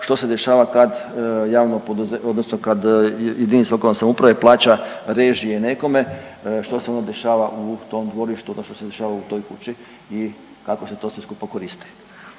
odnosno kad jedinica lokalne samouprave plaća režije nekome, što se onda dešava u tom dvorištu odnosno što se dešava u toj kući i kako se to sve skupa koristi.